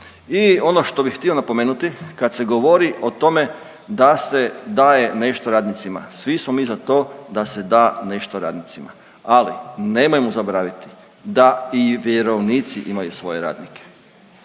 I ono što bi htio napomenuti kad se govori o tome da se daje nešto radnicima, svi smo mi za to da se da nešto radnicima ali nemojmo zaboraviti da i vjerovnici imaju svoje radnike